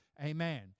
Amen